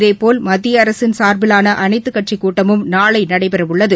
இதேபோல் மத்திய அரசின் சார்பிவான அனைத்து கட்சி கூட்டமும் நாளை நடைபெறவுள்ளது